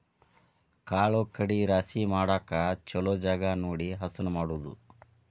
ಕಾಳು ಕಡಿ ರಾಶಿ ಮಾಡಾಕ ಚುಲೊ ಜಗಾ ನೋಡಿ ಹಸನ ಮಾಡುದು